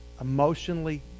emotionally